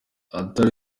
atari